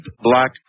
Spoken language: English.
Black